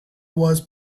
was